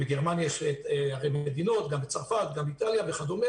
שהרי בגרמניה יש מדינות וגם בצרפת וגם באיטליה וכדו',